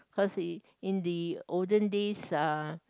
cause it in the olden days uh